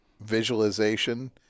Visualization